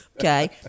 Okay